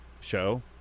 show